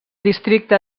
districte